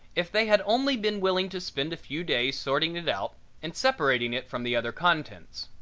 if they had only been willing to spend a few days sorting it out and separating it from the other contents.